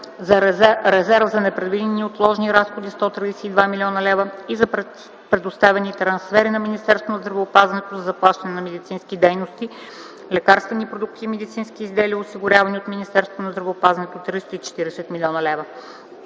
за резерв за непредвидени и неотложни разходи – 133,2 млн. лв., и за предоставяне трансфери на Министерството на здравеопазването за заплащане на медицински дейности, лекарствени продукти и медицински изделия, осигурявани от Министерството на здравеопазването – 340 млн. лв.